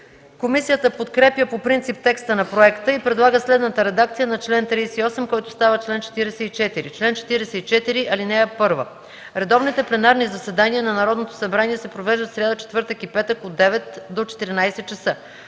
Комисията подкрепя по принцип текста на проекта и предлага следната редакция на чл. 38, който става чл. 44: „Чл. 44. (1) Редовните пленарни заседания на Народното събрание се провеждат в сряда, четвъртък и петък от 9,00 до 14,00 ч.